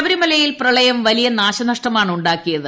ശബ്ദരിമലയിൽ പ്രളയം വലിയ നാശനഷ്ടമാണു ാക്കിയത്